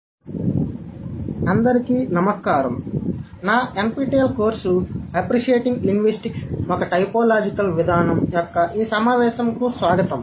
pragmatics ఒక పరిచయం -part 1 అందరికీ నమస్కారం నా NPTEL కోర్సు "అప్రిషియేటీంగ్ లింగ్విస్టిక్స్ ఒక టైపోలాజికల్ విధానం" యొక్క ఈ సమావేశంకు స్వాగతం